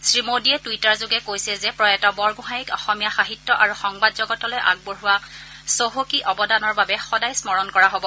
শ্ৰীমোদীয়ে টুইটাৰযোগে কৈছে যে প্ৰয়াত বৰগোহাঞিক অসমীয়া সাহিত্য আৰু সংবাদজগতলৈ আগবঢ়োৱা চহকী অৱদানৰ বাবে সদায় স্মৰণ কৰা হ'ব